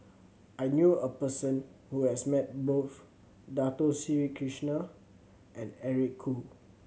I knew a person who has met both Dato Sri Krishna and Eric Khoo